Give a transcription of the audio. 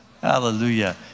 Hallelujah